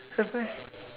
have meh